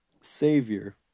Savior